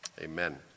Amen